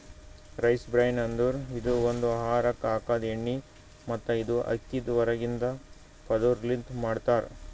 rice bran ಅಂದುರ್ ಇದು ಒಂದು ಆಹಾರಕ್ ಹಾಕದ್ ಎಣ್ಣಿ ಮತ್ತ ಇದು ಅಕ್ಕಿದ್ ಹೊರಗಿಂದ ಪದುರ್ ಲಿಂತ್ ಮಾಡ್ತಾರ್